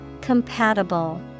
Compatible